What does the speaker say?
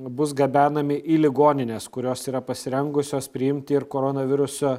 bus gabenami į ligonines kurios yra pasirengusios priimti ir koronaviruso